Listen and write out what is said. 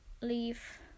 leave